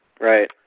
Right